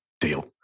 deal